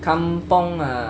kampung ah